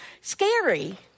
scary